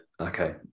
Okay